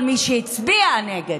לכל מי שהצביע נגד: